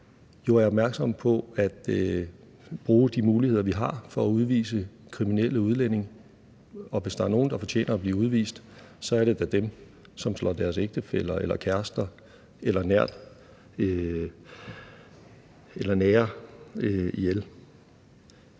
på, er opmærksomme på at bruge de muligheder, vi har for at udvise kriminelle udlændinge. Og hvis der er nogen, der fortjener at blive udvist, er det da dem, som slår deres ægtefæller eller kærester eller nære ihjel.